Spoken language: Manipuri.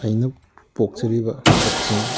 ꯑꯩꯅ ꯄꯣꯛꯆꯔꯤꯕ ꯀꯥꯛꯆꯤꯡ